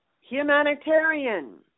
humanitarian